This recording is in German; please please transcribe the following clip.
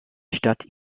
stadt